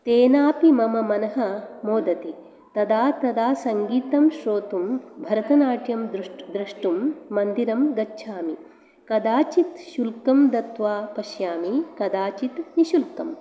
तेनापि मम मनः मोदति तदा तदा सङ्गीतं श्रोतुं भरतनाट्यं दृष्ट् द्रष्टुं मन्दिरं गच्छामि कदाचित् शुल्कं दत्त्वा पश्यामि कदाचित् निशुल्कम्